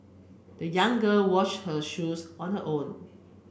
the young girl washed her shoes on her own